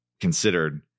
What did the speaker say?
considered